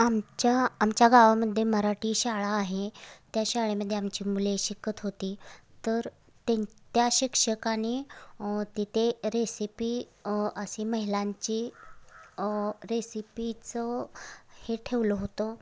आमच्या आमच्या गावामध्ये मराठी शाळा आहे त्या शाळेमध्ये आमची मुले शिकत होती तर ते त्या शिक्षकानी तिथे रेसिपी असे महिलांची रेसिपीचं हे ठेवलं होतं